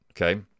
okay